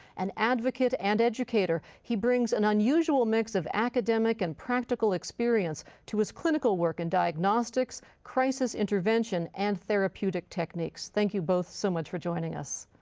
an advocate and educator he brings an unusual mix of academic and practical experience to his clinical work in diagnostics, crisis intervention and therapeutic techniques. thank you both so much for joining us.